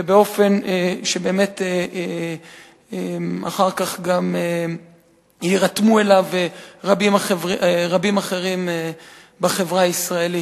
ובאופן שבאמת אחר כך גם יירתמו אליו רבים אחרים בחברה הישראלית.